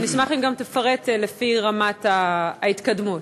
אני אשמח אם גם תפרט לפי רמת ההתקדמות,